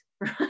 right